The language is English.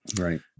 Right